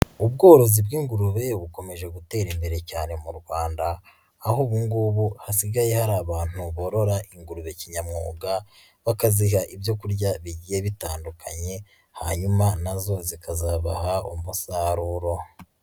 Ubworozi bw'ingurube bukomeje gutera imbere cyane mu Rwanda, aho ubu ngubu hasigaye hari abantu borora ingurube kinyamwuga, bakaziha ibyo kurya bigiye bitandukanye hanyuma na zo zikazabaha umusaruro.